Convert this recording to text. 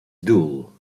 dull